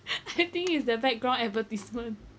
I think is the background advertisement